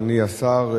אדוני השר,